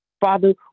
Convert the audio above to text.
Father